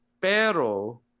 Pero